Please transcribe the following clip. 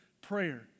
prayer